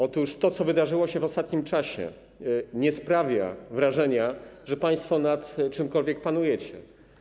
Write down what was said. Otóż to, co wydarzyło się w ostatnim czasie, nie sprawia wrażenia, że państwo nad czymkolwiek panujecie.